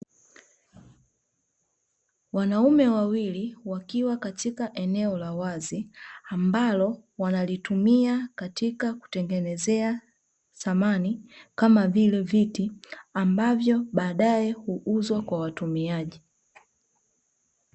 Wanaume wawili wakiwa katika eneo la wazi, ambalo wanalitumia katika kutengenezea samani kama vile viti, ambavyo baadae huuzwa kwa watumiaji.